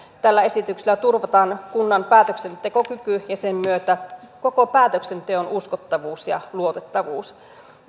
tällä esityksellä turvataan kunnan päätöksentekokyky ja sen myötä koko päätöksenteon uskottavuus ja luotettavuus